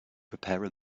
prepare